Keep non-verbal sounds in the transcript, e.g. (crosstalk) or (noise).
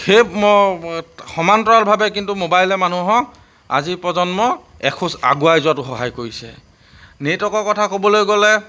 সেই (unintelligible) সমান্তৰালভাৱে কিন্তু মোবাইলে মানুহক আজিৰ প্ৰজন্ম এখোজ আগুৱাই যোৱাতো সহায় কৰিছে নেটৱৰ্কৰ কথা ক'বলৈ গ'লে